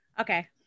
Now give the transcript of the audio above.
Okay